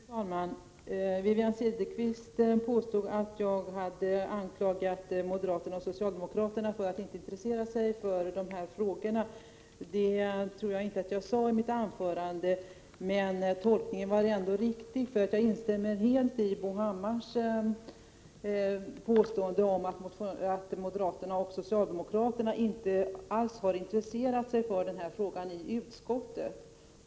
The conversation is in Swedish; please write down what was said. Fru talman! Wivi-Anne Cederqvist påstod att jag hade anklagat moderaterna och socialdemokraterna för att inte intressera sig för dessa frågor. Jag tror inte att jag uttryckte mig så i mitt anförande, men tolkningen var ändå riktig. Jag instämmer helt i Bo Hammars påstående om att moderaterna och socialdemokraterna inte alls har intresserat sig för denna fråga i utskottet.